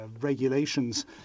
regulations